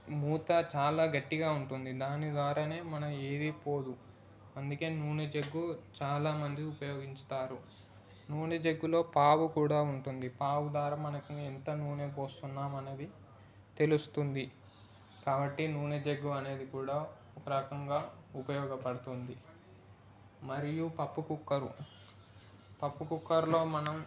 మూత చాలా గట్టిగా ఉంటుంది దాని ద్వారానే మనం ఏదీ పోదు అందుకనే నూనె జగ్గు చాలా మంది ఉపయోగించుతారు నూనె జగ్గులో పావు కూడా ఉంటుంది పావు ద్వారా మనకి ఎంత నూనె పోస్తున్నాము అనేది తెలుస్తుంది కాబట్టి నూనె జగ్గు అనేది కూడా ఒకరకంగా ఉపయోగపడుతుంది మరియు పప్పు కుక్కరు పప్పు కుక్కర్లో మనం